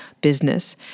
business